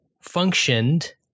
functioned